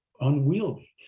unwieldy